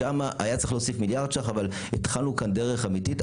שם היה צריך להוסיף מיליארד שקלים אבל התחלנו כאן דרך אמיתית.